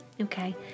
Okay